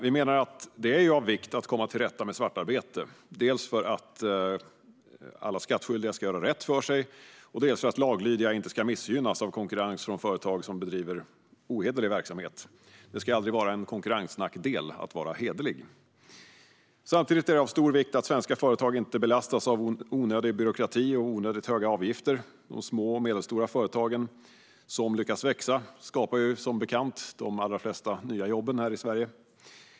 Vi menar att det är av vikt att komma till rätta med svartarbete dels för att alla skattskyldiga ska göra rätt för sig, dels för att laglydiga inte ska missgynnas av konkurrens från företag som bedriver ohederlig verksamhet. Det ska aldrig vara en konkurrensnackdel att vara hederlig. Samtidigt är det av stor vikt att svenska företag inte belastas av onödig byråkrati och onödigt höga avgifter. De små och medelstora företag som lyckas växa skapar, som bekant, de allra flesta nya jobben i Sverige.